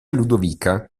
ludovica